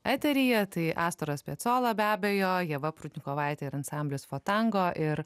eteryje tai astoras piecola be abejo ieva prudnikovaitė ir ansamblis fotango ir